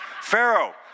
Pharaoh